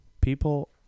people